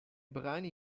brani